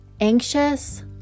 anxious